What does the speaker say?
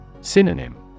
Synonym